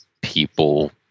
people